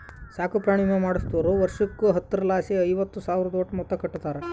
ಸಾಕುಪ್ರಾಣಿ ವಿಮೆ ಮಾಡಿಸ್ದೋರು ವರ್ಷುಕ್ಕ ಹತ್ತರಲಾಸಿ ಐವತ್ತು ಸಾವ್ರುದೋಟು ಮೊತ್ತ ಕಟ್ಟುತಾರ